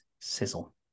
Sizzle